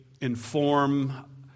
inform